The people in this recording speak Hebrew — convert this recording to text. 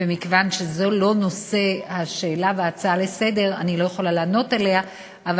ומכיוון שזה לא נושא השאלה וההצעה לסדר-היום אני לא יכולה לענות על כך,